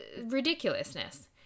ridiculousness